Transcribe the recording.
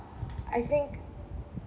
I think